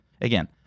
Again